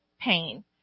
pain